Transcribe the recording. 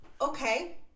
okay